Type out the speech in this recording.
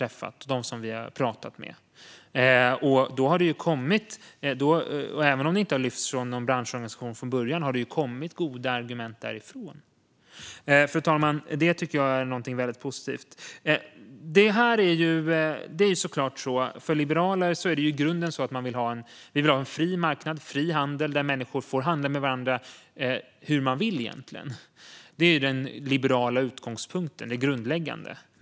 Även om förslagen från början inte har lyfts upp av en branschorganisation har goda argument kommit därifrån. Det är positivt. Liberalerna vill ha fri marknad och fri handel. Människor ska få handla med varandra hur de vill. Det är den grundläggande liberala utgångspunkten.